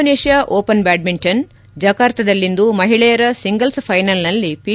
Indonesia open badminton ಜಕಾರ್ತದಲ್ಲಿಂದು ಮಹಿಳೆಯರ singles ಫೈನಲ್ನಲ್ಲಿ ಪಿ